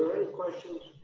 questions?